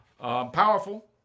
Powerful